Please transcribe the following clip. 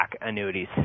annuities